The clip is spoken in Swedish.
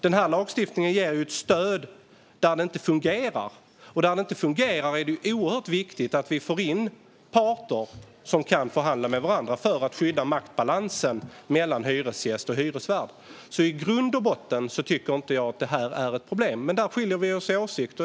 Den här lagstiftningen ger ett stöd där det inte fungerar, och där det inte fungerar är det oerhört viktigt att vi får in parter som kan förhandla med varandra för att skydda maktbalansen mellan hyresgäst och hyresvärd. I grund och botten tycker jag inte att det här är ett problem, men där skiljer vi oss åt i åsikt.